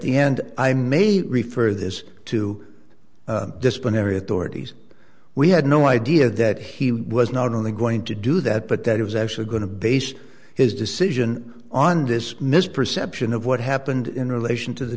the end i may refer this to disciplinary authorities we had no idea that he was not only going to do that but that it was actually going to base his decision on dismiss perception of what happened in relation to the